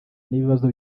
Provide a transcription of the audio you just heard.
n’ibibazo